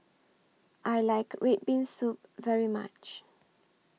I like Red Bean Soup very much